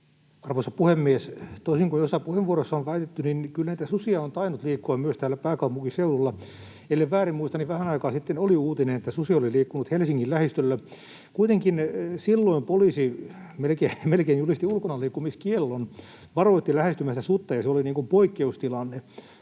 Arvoisa puhemies! Toisin kuin joissain puheenvuoroissa on väitetty, niin kyllä näitä susia on tainnut liikkua myös täällä pääkaupunkiseudulla. Ellen väärin muista, niin vähän aikaa sitten oli uutinen, että susi oli liikkunut Helsingin lähistöllä. Kuitenkin silloin poliisi melkein julisti ulkonaliikkumiskiellon, varoitti lähestymästä sutta, ja se oli poikkeustilanne.